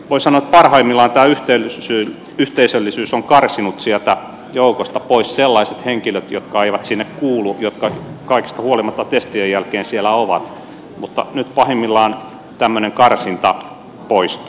voi sanoa että parhaimmillaan tämä yhteisöllisyys on karsinut sieltä joukosta pois sellaiset henkilöt jotka eivät sinne kuulu jotka kaikesta huolimatta testien jälkeen siellä ovat mutta nyt pahimmillaan tämmöinen karsinta poistuu